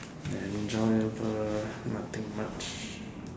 enjoyable nothing much